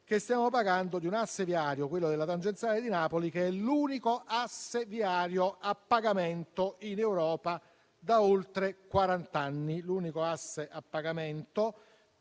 che stiamo parlando di un asse viario, quello della tangenziale di Napoli, che è l'unico a pagamento in Europa da oltre quarant'anni.